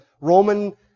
Roman